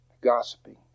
Gossiping